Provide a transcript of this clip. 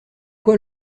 quoi